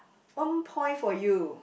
one point for you